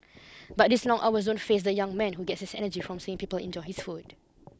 but these long hours don't faze the young man who gets his energy from seeing people enjoy his food